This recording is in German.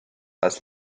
als